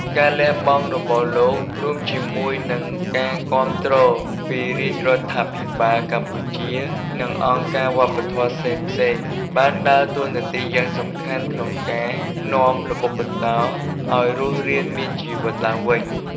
ការលះបង់របស់លោក រួមជាមួយនឹងការគាំទ្រពីរាជរដ្ឋាភិបាលកម្ពុជា និងអង្គការវប្បធម៌ផ្សេងៗ បានដើរតួនាទីយ៉ាងសំខាន់ក្នុងការនាំល្បុក្កតោឱ្យរស់រានមានជីវិតឡើងវិញ។